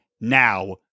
now